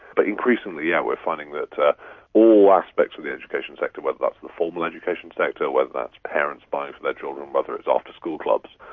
but increasingly yes, yeah we are finding that all aspects of the education sector, whether that's the formal education sector, whether that's parents buying for their children, whether it's after-school clubs,